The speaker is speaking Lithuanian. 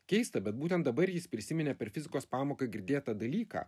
keista bet būtent dabar jis prisiminė per fizikos pamoką girdėtą dalyką